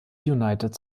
united